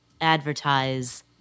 advertise